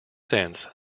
sense